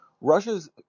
Russia's